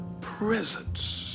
presence